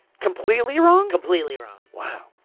completely wrong? completely wrong. wow.